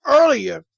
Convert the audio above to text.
earlier